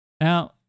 Now